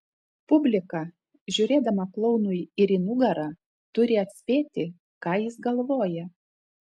publika žiūrėdama klounui ir į nugarą turi atspėti ką jis galvoja